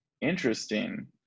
interesting